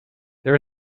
there